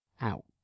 out